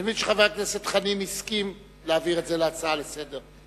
אני מבין שחבר הכנסת חנין הסכים להעביר את זה להצעה לסדר-היום.